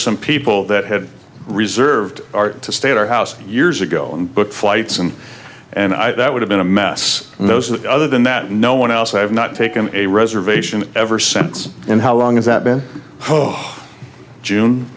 some people that had reserved to stay at our house years ago and booked flights and and i that would have been a mess in those other than that no one else have not taken a reservation ever since and how long is that in june